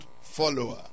Follower